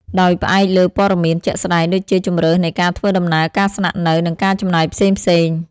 ដោយផ្អែកលើព័ត៌មានជាក់ស្ដែងដូចជាជម្រើសនៃការធ្វើដំណើរ ការស្នាក់នៅ និងការចំណាយផ្សេងៗ។